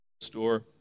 store